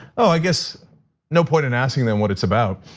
ah i guess no point in asking them what it's about.